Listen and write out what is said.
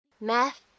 math